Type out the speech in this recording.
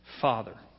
Father